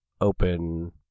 open